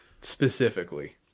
specifically